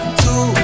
two